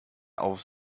auf